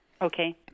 Okay